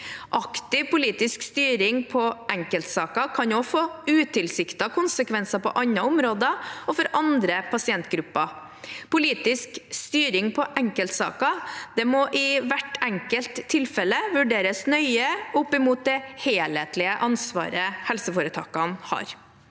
Aktiv politisk styring på enkeltsaker kan få utilsiktede konsekvenser på andre områder og for andre pasientgrupper. Politisk styring på enkeltsaker må i hvert enkelt tilfelle vurderes nøye opp mot det helhetlige ansvaret helseforetakene har.